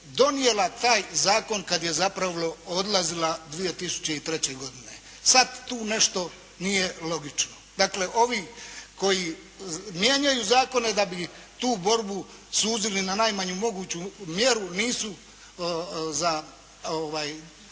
donijela taj zakon kad je zapravo odlazila 2003. godine. Sad tu nešto nije logično. Dakle, ovi koji mijenjaju zakone, da bi tu borbu suzili na najmanju moguću mjeru nisu za